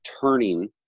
turning